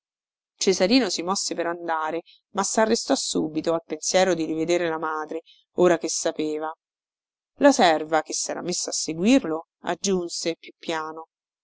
cesarino si mosse per andare ma sarrestò subito al pensiero di rivedere la madre ora che sapeva la serva che sera messa a seguirlo aggiunse più piano